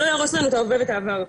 שלא יהרוס לנו את ההווה ואת העבר.